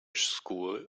school